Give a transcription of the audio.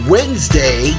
Wednesday